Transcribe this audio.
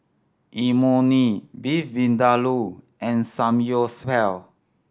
Imoni Beef Vindaloo and Samgyeopsal